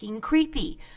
creepy